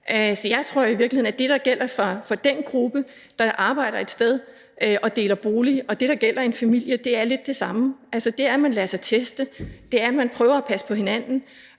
jeg tror i virkeligheden, at det, der gælder for den gruppe, der arbejder et sted og deler bolig, og det, der gælder i en familie, er lidt det samme. Altså, det er, at man lader sig teste, og det er, at man prøver at passe på hinanden,